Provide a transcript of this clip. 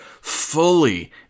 fully